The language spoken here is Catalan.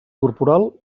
corporal